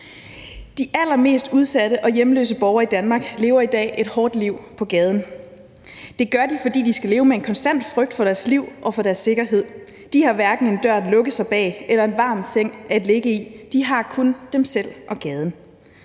De allermest udsatte og hjemløse borgere i Danmark lever i dag et hårdt liv på gaden. Det gør de, fordi de skal leve med en konstant frygt for deres liv og for deres sikkerhed. De har hverken en dør at lukke eller en varm seng at ligge i, de har kun sig selv og gaden.